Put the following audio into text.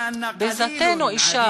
ביזתנו אישה: